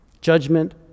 Judgment